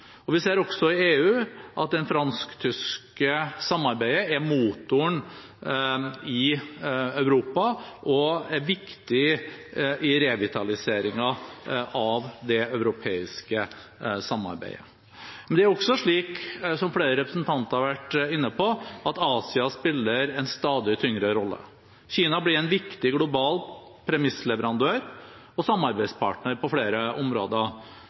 I EU ser vi også at det fransk-tyske samarbeidet er motoren i Europa og viktig i revitaliseringen av det europeiske samarbeidet. Asia spiller også en stadig tyngre rolle, noe flere representanter har vært inne på. Kina blir en viktig global premissleverandør og samarbeidspartner på flere områder.